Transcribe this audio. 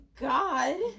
God